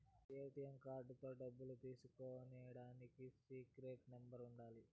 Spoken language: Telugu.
ఏ.టీ.యం కార్డుతో డబ్బులు తీసుకునికి సీక్రెట్ నెంబర్లు ఉంటాయి